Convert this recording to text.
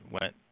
went